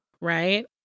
Right